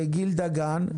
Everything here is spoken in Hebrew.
גיל דגן,